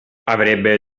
avrebbe